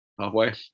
halfway